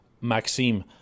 Maxime